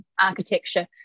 architecture